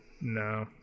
No